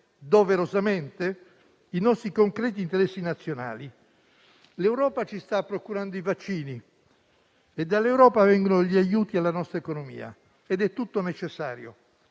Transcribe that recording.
doverosamente i nostri concreti interessi nazionali. L'Europa ci sta procurando i vaccini e dall'Europa vengono gli aiuti alla nostra economia ed è tutto necessario,